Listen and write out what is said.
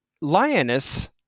lioness